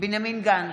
בנימין גנץ,